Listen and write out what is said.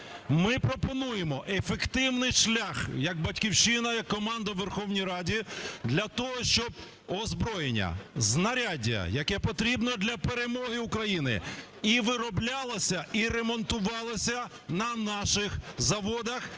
Ми пропонуємо ефективний шлях як "Батьківщина", як команда у Верховній Раді для того, щоб озброєння, знаряддя, яке потрібне для перемоги України, і вироблялося, і ремонтувалося на наших заводах,